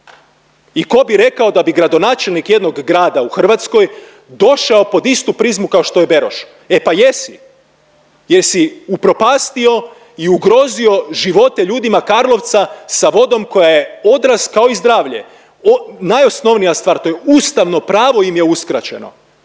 I tko bi rekao da bi gradonačelnik jednog grada u Hrvatskoj došao pod istu prizmu kao što je Beroš. E pa jesi! Jer si upropastio i ugrozio živote ljudima Karlovca sa vodom koja je odraz kao i zdravlje, najosnovnija stvar. To je ustavno pravo im je uskraćeno